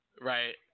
Right